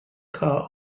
car